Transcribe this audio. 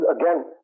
again